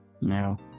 No